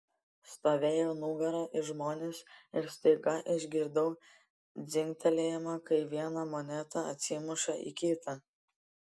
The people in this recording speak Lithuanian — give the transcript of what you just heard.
stovėjau nugara į žmones ir staiga išgirdau dzingtelėjimą kai viena moneta atsimuša į kitą